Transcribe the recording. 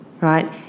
right